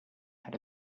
had